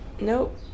Nope